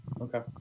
Okay